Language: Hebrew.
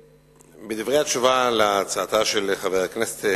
בדברי התשובה על הצעתה של חברת הכנסת